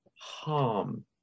harm